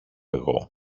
εγώ